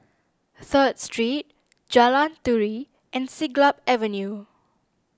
Third Street Jalan Turi and Siglap Avenue